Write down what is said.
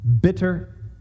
Bitter